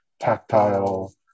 tactile